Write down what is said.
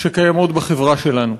שקיימות בחברה שלנו.